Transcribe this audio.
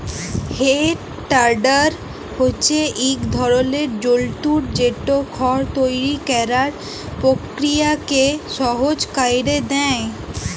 হে tedder হছে ইক ধরলের যল্তর যেট খড় তৈরি ক্যরার পকিরিয়াকে সহজ ক্যইরে দেঁই